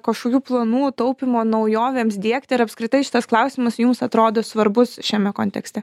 kažkokių planų taupymo naujovėms diegti ar apskritai šitas klausimas jums atrodo svarbus šiame kontekste